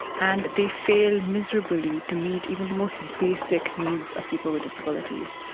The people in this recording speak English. and they fail miserably to meet even the most basic needs of people with disabilities.